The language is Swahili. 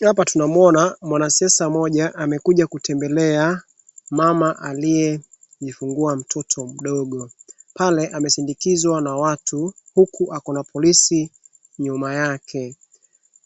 Hapa tunamuona mwanasiasa amekuja kutembelea mama aliyejifungua mtoto mdogo. Pale amesindikizwa na watu huku ako na polisi nyuma yake.